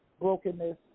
brokenness